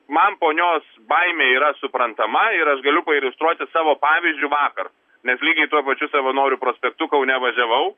man ponios baimė yra suprantama ir aš galiu pailiustruoti savo pavyzdžiu vakar nes lygiai tuo pačiu savanorių prospektu kaune važiavau